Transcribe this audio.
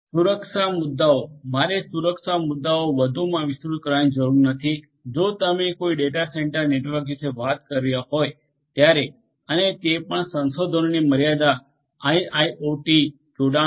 સુરક્ષા મુદ્દાઓ મારે સુરક્ષા મુદ્દાઓ વધુમા વિસ્તૃત કરવાની જરૂર નથી જો તમે કોઈ ડેટા સેન્ટર નેટવર્ક વિશે વાત કરી રહ્યા હોવ ત્યારે અને તે પણ સંશાધનોની મર્યાદા આઈઆઈઓટી જોડાણ સાથે